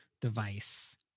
device